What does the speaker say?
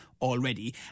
already